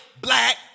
black